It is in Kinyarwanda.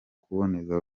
kuboneza